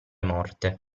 morte